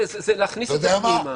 זה להכניס את זה פנימה.